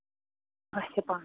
اَچھا پا